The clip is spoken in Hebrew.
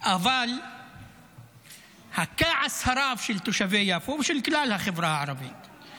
אבל הכעס של תושבי יפו ושל כלל החברה הערבית רב.